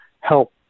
help